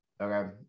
Okay